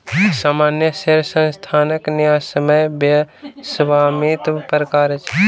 सामान्य शेयर संस्थानक न्यायसम्य स्वामित्वक प्रकार अछि